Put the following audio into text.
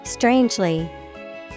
Strangely